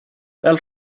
fel